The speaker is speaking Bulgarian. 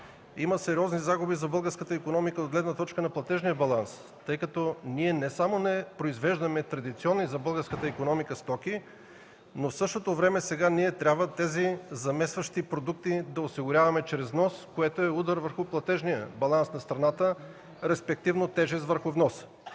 има сериозни загуби за българската икономика от гледна точка на платежния баланс, тъй като ние не само не произвеждаме традиционни за българската икономика стоки, но в същото време сега ние трябва тези заместващи продукти да осигуряваме чрез внос, което е удар върху платежния баланс на страната, респективно тежест върху вноса.